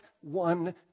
one